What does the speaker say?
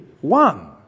one